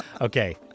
Okay